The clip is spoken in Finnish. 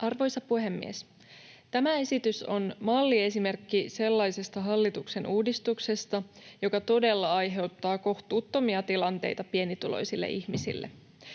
Arvoisa puhemies! Tämä esitys on malliesimerkki sellaisesta hallituksen uudistuksesta, joka todella aiheuttaa kohtuuttomia tilanteita pienituloisille ihmisille.